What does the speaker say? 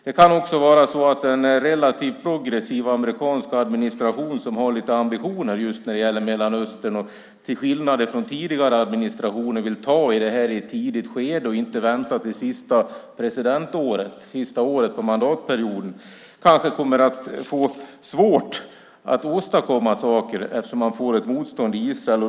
Det kan också vara så att en relativt progressiv amerikansk administration som har lite ambitioner just när det gäller Mellanöstern och till skillnad från tidigare administrationer vill ta i det här i ett tidigt skede och inte vänta till sista presidentåret, sista året under mandatperioden, kanske kommer att få svårt att åstadkomma saker, eftersom man får ett motstånd i Israel.